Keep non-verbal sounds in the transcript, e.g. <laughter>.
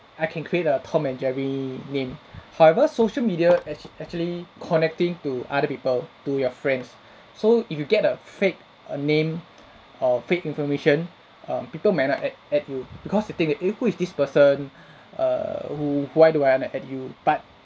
I can create a tom and jerry name however social media actua~ actually connecting to other people to your friends <breath> so if you get a fake err name or fake information err people might not add add you because they think eh who is this person <breath> err who why do I might add you but